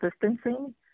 distancing